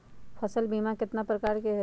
फसल बीमा कतना प्रकार के हई?